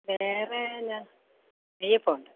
വേറേന്നാ നെയ്യപ്പമുണ്ട്